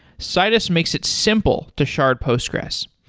citus makes it simple to shard postgres.